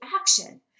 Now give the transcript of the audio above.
action